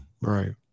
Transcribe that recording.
Right